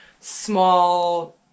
small